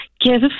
give